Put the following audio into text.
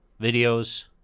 videos